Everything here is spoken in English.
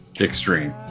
Extreme